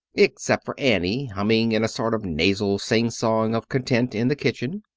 except for annie, humming in a sort of nasal singsong of content in the kitchen.